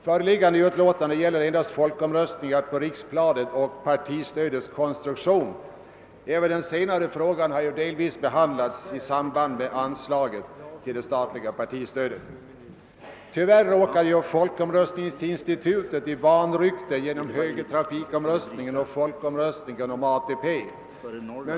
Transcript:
Föreliggande utlåtande gäller endast folkomröstningar på riksplanet och partistödets konstruktion. Även den senare frågan har delvis behandlats i samband med anslaget till det statliga partistödet. Tyvärr råkade folkomröstningsinstitutet i vanrykte genom högertrafikomröstningen och folkomröstningen om ATP.